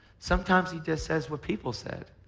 sometimes he just says what people said.